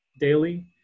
daily